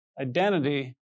identity